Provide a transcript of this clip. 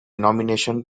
nomination